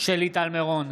שלי טל מירון,